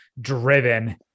driven